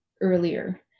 earlier